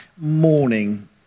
morning